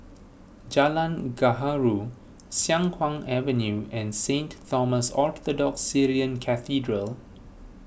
Jalan Gaharu Siang Kuang Avenue and Saint Thomas Orthodox Syrian Cathedral